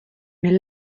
nel